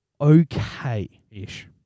okay-ish